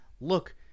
look –